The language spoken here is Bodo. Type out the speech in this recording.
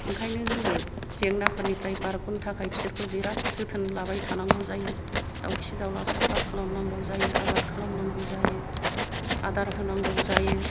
ओंखायनो जोङो जेंनाफोरनिफ्राय बारग'नो थाखाय बिसोरखौ बिराथ जोथोन लाबाय थानांगौ जायो दावखि दावला साफा खालामनांगौ जायो आबाद खालामनांगौ जायो आदार होनांगौ जायो